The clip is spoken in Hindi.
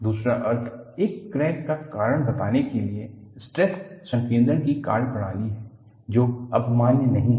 दूसरा अर्थ एक क्रैक का कारण बताने के लिए स्ट्रेस संकेद्रण की कार्यप्रणाली है जो अब मान्य नहीं है